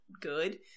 good